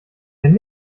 denn